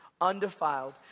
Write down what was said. undefiled